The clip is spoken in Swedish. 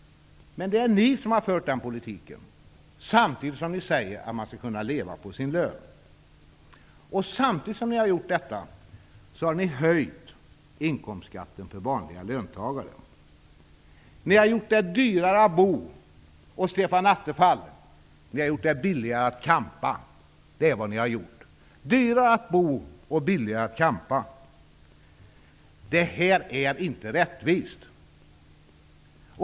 Men det är ni som har fört denna politik, samtidigt som ni säger att man skall kunna leva på sin lön. Samtidigt som ni har gjort detta har ni höjt inkomstskatten för vanliga löntagare. Ni har gjort det dyrare att bo, och -- Stefan Attefall -- ni har gjort det billigare att campa! Det är vad ni har gjort -- dyrare att bo och billigare att campa. Detta är orättvist!